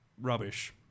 rubbish